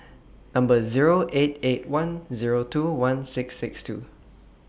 Number Zero eight eight one Zero two one six six two